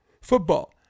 Football